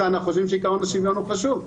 אנחנו חושבים שעקרון השוויון הוא חשוב,